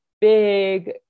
big